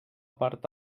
part